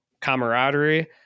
camaraderie